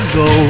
go